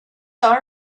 our